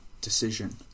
decision